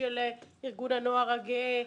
ארגון הנוער הגאה,